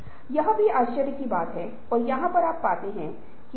फिर परिवर्तन का मूल्यांकन और निगरानी रखें